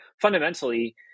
fundamentally